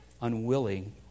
unwilling